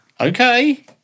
Okay